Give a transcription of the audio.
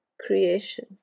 creation